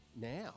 now